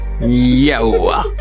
Yo